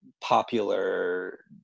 popular